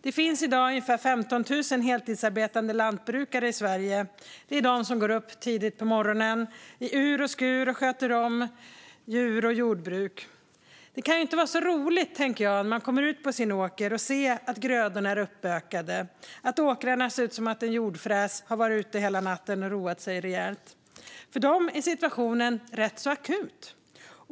Det finns i dag ungefär 15 000 heltidsarbetande lantbrukare i Sverige. Det är de som går upp tidigt på morgonen, i ur och skur, och sköter om djur och jordbruk. Det kan inte vara så roligt, tänker jag, att komma ut på sin åker och se att grödorna är uppbökade, att åkrarna ser ut som om en jordfräs har varit ute hela natten och roat sig rejält. För lantbrukarna är situationen rätt så akut.